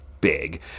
big